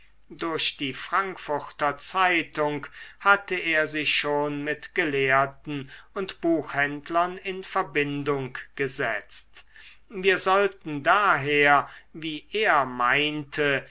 durch die frankfurter zeitung hatte er sich schon mit gelehrten und buchhändlern in verbindung gesetzt wir sollten daher wie er meinte